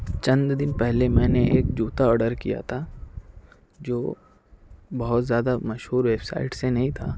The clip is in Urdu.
چند دِن پہلے میں نے ایک جوتا آڈر کیا تھا جو بہت زیادہ مشہور ویب سائٹ سے نہیں تھا